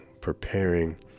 preparing